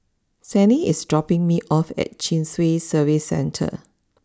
Sannie is dropping me off at Chin Swee Service Centre